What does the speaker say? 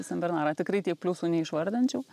senbernarą tikrai tiek pliusų neišvardinčiau